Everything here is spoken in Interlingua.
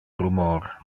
rumor